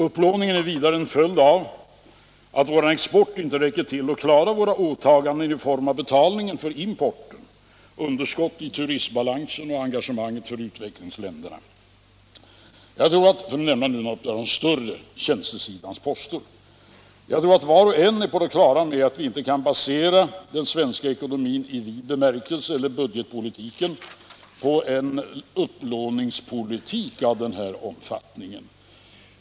Upplåningen är vidare en följd av att vår export inte räcker till för att klara våra åtaganden i form av betalning för importen, underskott i turistbalansen och engagemang för u-länderna, för att nämna några av de större posterna på tjänstesidan. Jag tror att var och en är på det klara med att vi inte kan basera den svenska budgetpolitiken i vid bemärkelse på en upplåningspolitik av denna omfattning.